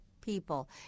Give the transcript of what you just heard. people